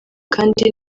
kandi